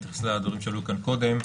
אתייחס לדברים שעלו כאן קודם.